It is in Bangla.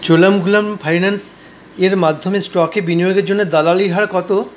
চোলামমোলাম ফিন্যান্সের মাধ্যমে স্টকে বিনিয়োগের জন্য দালালির হার কত